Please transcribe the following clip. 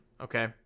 Okay